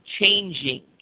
changing